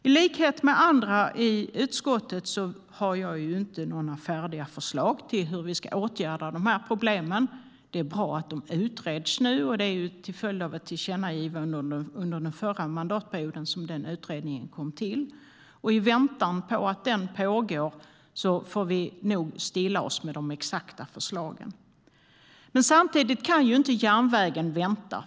I likhet med andra i utskottet har jag inte några färdiga förslag till hur vi ska åtgärda problemen. Det är bra att de utreds nu, och det är till följd av ett tillkännagivande under den förra mandatperioden som utredningen kom till. I väntan på att den blir klar får vi nog stilla oss med de exakta förslagen. Men samtidigt kan inte järnvägen vänta.